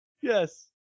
Yes